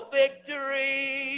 victory